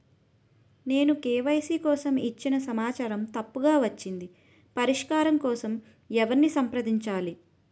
నేను కే.వై.సీ కోసం ఇచ్చిన సమాచారం తప్పుగా వచ్చింది పరిష్కారం కోసం ఎవరిని సంప్రదించాలి?